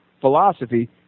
philosophy